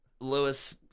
Lewis